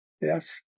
yes